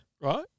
right